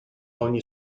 ogni